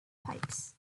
pipes